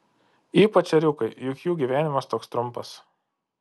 ypač ėriukai juk jų gyvenimas toks trumpas